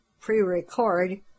pre-record